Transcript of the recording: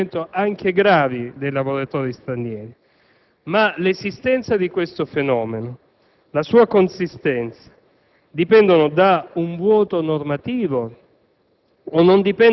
con modalità di violenza o di intimidazione? Basta sfogliare il codice penale e consultare alcune leggi penali speciali per constatare il contrario.